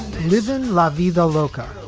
live in la vida loca,